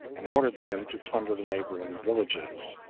and ordered them to plunder the neighboring villages,